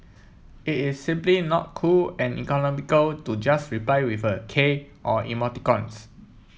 it is simply not cool and economical to just reply with a K or emoticons